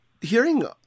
hearing